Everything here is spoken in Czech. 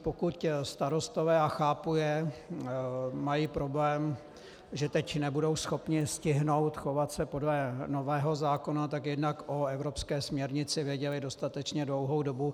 Pokud starostové, a chápu je, mají problém, že teď nebudou schopni stihnout chovat se podle nového zákona tak jednak o evropské směrnici věděli dostatečně dlouhou dobu.